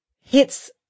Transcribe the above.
hits